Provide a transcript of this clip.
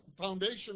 foundation